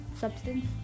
substance